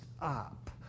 up